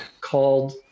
called